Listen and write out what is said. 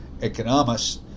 economists